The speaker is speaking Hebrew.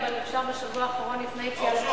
אבל אפשר בשבוע האחרון לפני היציאה לפגרה.